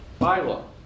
bylaw